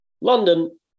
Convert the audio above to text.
London